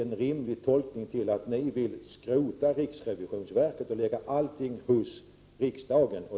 En rimlig tolkning är väl ändå att ni vill skrota riksrevisionsverket och lägga allt hos riksdagen.